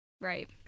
Right